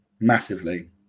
Massively